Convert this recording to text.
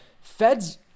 feds